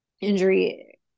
injury